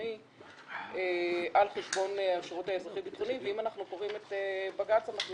ביטחוני על חשבון השירות האזרחי חברתי ואם אנחנו קוראים את בג"צ אנחנו